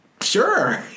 sure